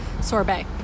sorbet